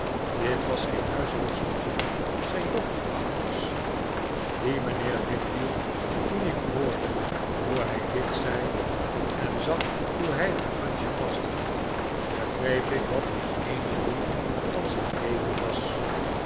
dit was zijn huishoudstertje zijn dochter agnes zei mijnheer wickfield toen ik hoorde hoe hij dit zei en zag hoe hij haar handje vasthield begreep ik wat het eene doel van zijn leven was